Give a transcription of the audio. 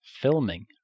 filming